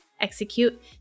execute